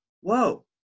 whoa